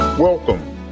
Welcome